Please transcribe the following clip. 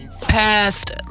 past